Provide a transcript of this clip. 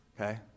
Okay